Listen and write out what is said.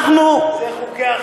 זה חוקי אכיפה.